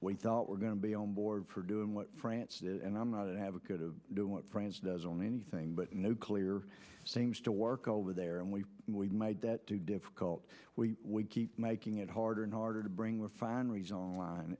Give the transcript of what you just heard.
we thought were going to be on board for doing what france is and i'm not an advocate of doing what france does on anything but nuclear seems to work over there and we made that too difficult we keep making it harder and harder to bring refineries on line